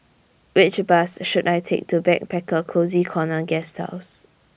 Which Bus should I Take to Backpacker Cozy Corner Guesthouse